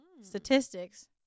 statistics